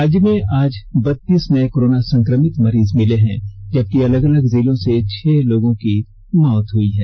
राज्य में आज बत्तीस नये कोरोना संक्रमित मरीज मिले हैं जबकि अलग अलग जिलों से छह लोगों की मौत हुई है